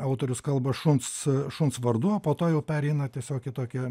autorius kalba šuns šuns vardu o po to jau pereina tiesiog į tokią